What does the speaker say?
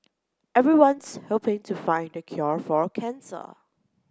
everyone's hoping to find the cure for cancer